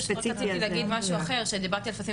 אני רציתי להגיד משהו אחר כשדיברתי על הטפסים,